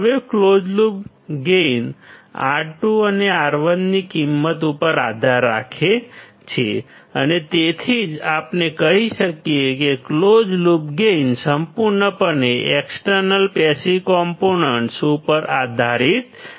હવે close loop gain R2 અને R1 ની કિંમત ઉપર આધાર રાખે છે અને તેથી જ આપણે કહી શકીએ કે ક્લોઝ લૂપ ગેઇન સંપૂર્ણપણે એક્સટર્નલ પેસિવ કમ્પોનન્ટ્સ ઉપર આધારિત છે